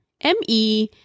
M-E